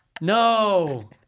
No